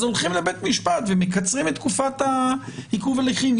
אז הולכים לבית משפט ומקצרים את תקופת עיכוב ההליכים.